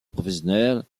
professionnel